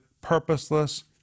purposeless